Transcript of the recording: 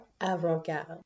avant-garde